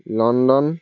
London